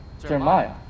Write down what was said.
Jeremiah